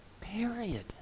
Period